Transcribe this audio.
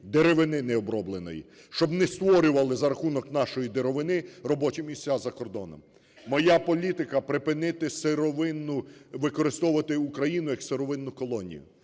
деревини необробленої, щоб не створювали за рахунок нашої деревини робочі місця за кордоном. Моя політика – припинити сировинну… використовувати Україну як сировинну колонію.